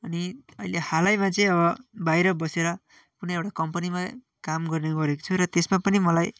अनि अहिले हालैमा चाहिँ अब बाहिर बसेर कुनै एउटा कम्पनीमा काम गर्ने गरेको छु र त्यसमा पनि मलाई